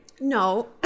No